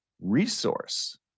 resource